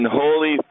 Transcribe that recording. holy